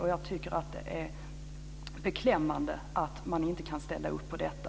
Jag tycker att det är beklämmande att man inte kan ställa upp på detta.